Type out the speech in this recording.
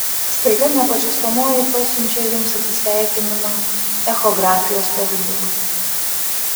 staiga nepažįstamoji pasiunčia jums atsisveikinimą echografijos pavidalu